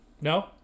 No